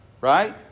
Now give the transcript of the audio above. Right